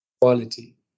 Quality